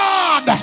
God